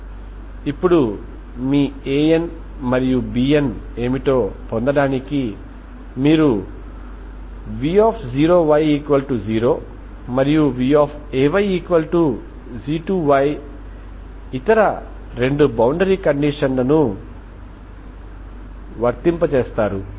ఇప్పుడు మీ An మరియు Bn ఏమిటో పొందడానికి మీరు v0y0 మరియు vayg2 ఇతర రెండు బౌండరీ కండిషన్ లను వర్తింపజేస్తారు